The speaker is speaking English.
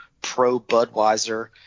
pro-Budweiser